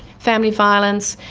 family violence,